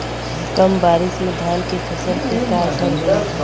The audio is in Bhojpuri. कम बारिश में धान के फसल पे का असर होई?